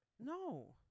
No